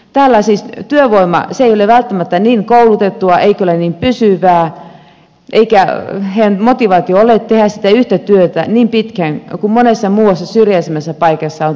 täällä työvoima ei ole välttämättä niin koulutettua eikä ole niin pysyvää eikä heidän motivaatio ole tehdä sitä yhtä työtä niin pitkään kuin monessa muussa syrjäisemmässä paikassa on